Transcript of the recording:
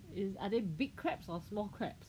are they big crabs or small crabs